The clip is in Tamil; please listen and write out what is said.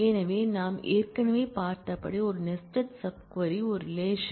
எனவே நாம் ஏற்கனவே பார்த்தபடி ஒரு நெஸ்டட் சப் க்வரி ஒரு ரிலேஷன்